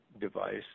device